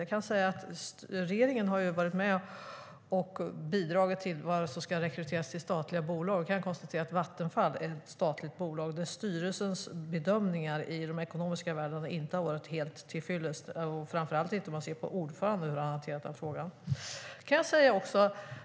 Jag kan säga att regeringen har varit med och bidragit till vem som ska rekryteras till statliga bolag, och jag kan konstatera att Vattenfall är ett statligt bolag där styrelsens bedömningar när det gäller de ekonomiska värdena inte har varit helt till fyllest - framför allt inte om vi tittar på ordföranden och hur han har hanterat frågan.